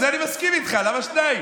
בזה אני מסכים איתך, למה שתיים?